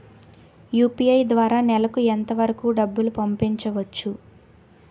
UPI ద్వారా నెలకు ఎంత వరకూ డబ్బులు పంపించవచ్చు?